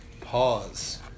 Pause